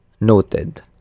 Noted